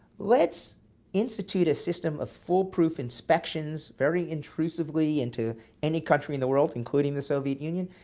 let's institute a system of foolproof inspections very intrusively into any country in the world, including the soviet union.